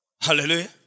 Hallelujah